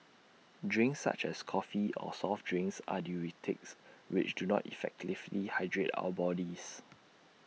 drinks such as coffee or soft drinks are diuretics which do not effectively hydrate our bodies